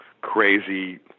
crazy